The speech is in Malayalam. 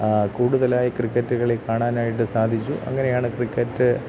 കൂടുതലായി ക്രിക്കറ്റ് കളി കാണാനായിട്ട് സാധിച്ചു അങ്ങനെയാണ് ക്രിക്കറ്റ്